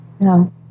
No